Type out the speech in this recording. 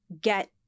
get